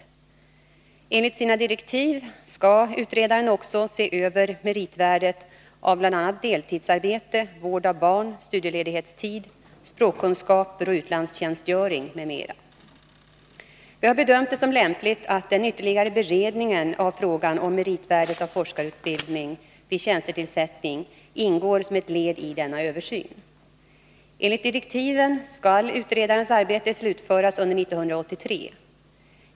Enligt sina direktiv skall utredaren också se över meritvärdet av bl.a. deltidsarbete, vård av barn, studieledighetstid, språkkunskaper och utlandstjänstgöring. Vi har bedömt det som lämpligt att den ytterligare beredningen av frågan om meritvärdet av forskarutbildningen vid tjänstetillsättning ingår som ett led i denna översyn. Enligt direktiven skall utredarens arbete slutföras under år 1983.